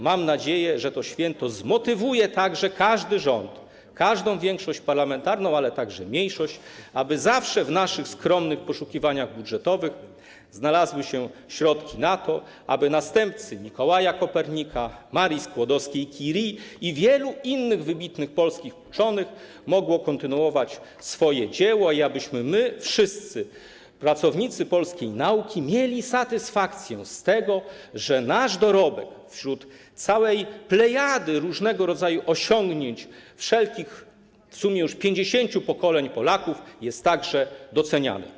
Mam nadzieję, że to święto zmotywuje także każdy rząd, każdą większość parlamentarną, ale także mniejszość, aby zawsze w ich skromnych poszukiwaniach budżetowych znalazły się środki na to, aby następcy Mikołaja Kopernika, Marii Skłodowskiej-Curie i wielu innych wybitnych polskich uczonych mogli kontynuować swoje dzieło i abyśmy my wszyscy pracownicy polskiej nauki mieli satysfakcję z tego, że nasz dorobek wśród całej plejady wszelkiego rodzaju osiągnięć w sumie już 50 pokoleń Polaków jest także doceniany.